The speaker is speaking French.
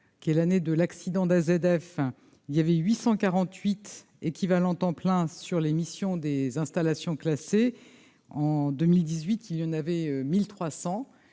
Qui est l'année de l'accident d'AZF, il y avait 848 équivalents temps plein sur les missions des installations classées en 2018, il y en avait 1300